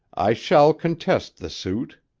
i shall contest the suit,